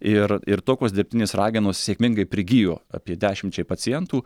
ir ir tokios dirbtinės ragenos sėkmingai prigijo apie dešimčiai pacientų